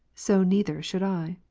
so neither should i.